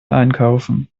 einkaufen